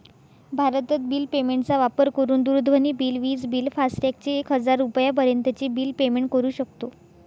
भारतत bill payment चा वापर करून दूरध्वनी बिल, विज बिल, फास्टॅग चे एक हजार रुपयापर्यंत चे बिल पेमेंट करू शकतो